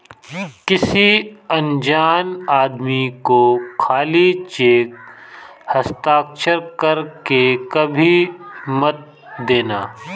किसी अनजान आदमी को खाली चेक हस्ताक्षर कर के कभी मत देना